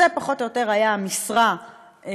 זו פחות או יותר הייתה המשרה בקואליציה,